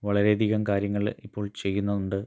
വളരെ അധികം കാര്യങ്ങൾ ഇപ്പോൾ ചെയ്യുന്നുണ്ട്